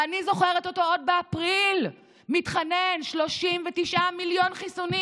ואני זוכרת אותו עוד באפריל מתחנן: 39 מיליון חיסונים.